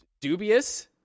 dubious